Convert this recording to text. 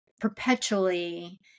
perpetually